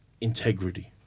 Integrity